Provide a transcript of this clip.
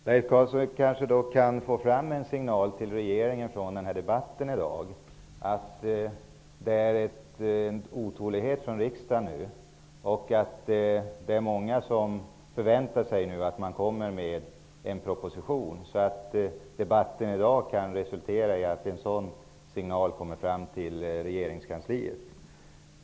Herr talman! Leif Carlson kan kanske få fram en signal till regeringen från debatten i dag att det från riksdagen visas en otålighet och att många nu förväntar sig att det kommer en proposition. Debatten i dag skulle då resultera i att en sådan signal kommer fram till regeringskansliet.